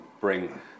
bring